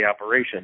operation